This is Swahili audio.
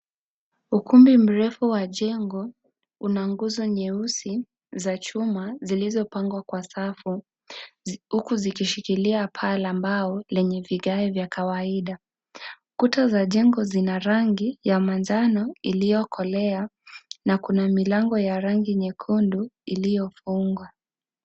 Ukumbi mrefu wa jengo una nguzo nyeusi za chuma zilizopangwa kwa safu huku zikishikilia paa la mbao lenye vigae vya kawaida kuta za jengo zina rangi ya manjano iliyokolea na kuna milango ya rangi nyekundu iliyofungwa.